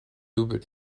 double